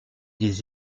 des